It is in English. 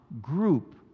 group